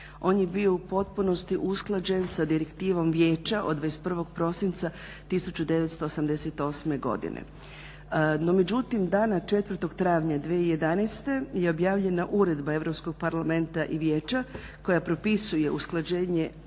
on je bio u potpunosti usklađen sa Direktivom Vijeća od 21.prosinca 1988.godine. No međutim dana 4.travnja 2011. je objavljena Uredba EU parlamenta i Vijeća koja propisuje usklađenje